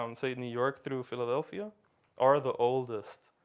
um say new york through philadelphia are the oldest